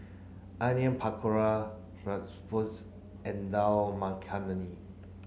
onion Pakora and Dal Makhani